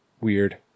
weird